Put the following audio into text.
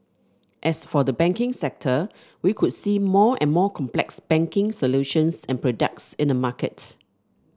as for the banking sector we could see more and more complex banking solutions and products in the market